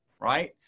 Right